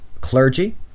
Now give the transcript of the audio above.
clergy